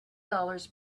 dollars